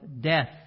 death